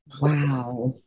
Wow